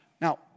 Now